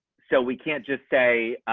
so we can't just say,